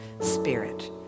spirit